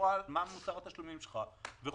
מה מוסר התשלומים שלך וכולי,